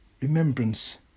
Remembrance